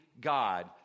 God